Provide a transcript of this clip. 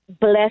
bless